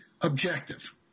objective